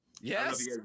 Yes